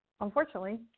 unfortunately